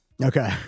Okay